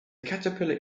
caterpillar